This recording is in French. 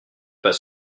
pas